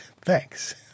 Thanks